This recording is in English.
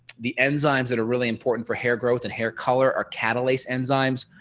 the enzymes that are really important for hair growth and hair color are catalysts enzymes,